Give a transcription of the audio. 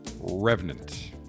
Revenant